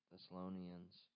Thessalonians